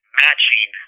matching